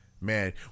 Man